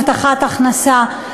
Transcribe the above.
הבטחת הכנסה.